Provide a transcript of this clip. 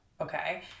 okay